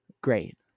Great